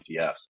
ETFs